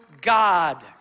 God